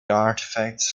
artifacts